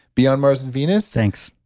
beyond mars and venus. thanks.